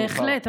בהחלט,